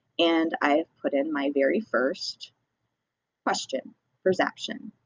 and i've put in my very first question for zaption.